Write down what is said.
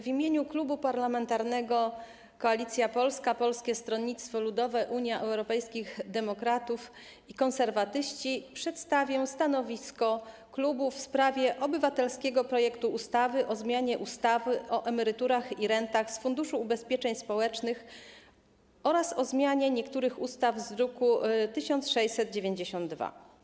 W imieniu Klubu Parlamentarnego Koalicja Polska - Polskie Stronnictwo Ludowe, Unia Europejskich Demokratów, Konserwatyści przedstawię stanowisko wobec obywatelskiego projektu ustawy o zmianie ustawy o emeryturach i rentach z Funduszu Ubezpieczeń Społecznych oraz o zmianie niektórych ustaw z druku nr 1692.